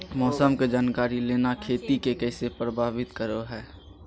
मौसम के जानकारी लेना खेती के कैसे प्रभावित करो है?